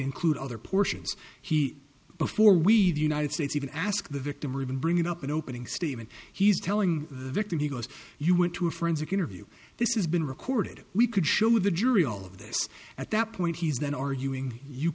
include other portions he before we the united states even ask the victim or even bringing up an opening statement he's telling the victim he goes you went to a forensic interview this is been recorded we could show the jury all of this at that point he's been arguing you